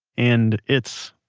and it's,